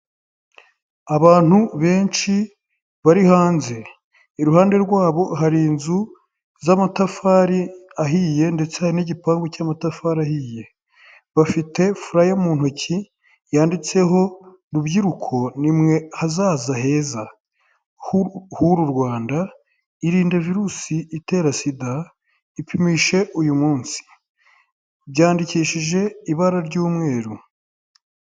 Abantu benshi bari hanze iruhande rwabo hari inzu z'amatafari ahiye ndetse n'igipangu cy'amatafari ahiye bafite furaya mu ntoki yanditseho rubyiruko ni mwe hazaza heza h'uru Rwanda irinde virusi itera sida ipimishe uyu munsi, byandikishije ibara ry'umweru.